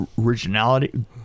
originality